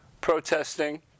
protesting